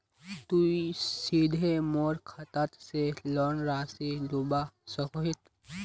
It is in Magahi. तुई सीधे मोर खाता से लोन राशि लुबा सकोहिस?